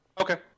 Okay